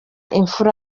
imfura